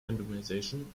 randomization